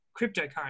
Cryptocurrency